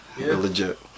legit